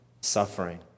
suffering